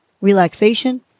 relaxation